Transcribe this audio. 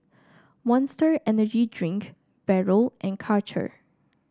Monster Energy Drink Barrel and Karcher